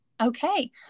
Okay